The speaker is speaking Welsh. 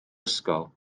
ysgol